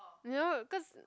you know cause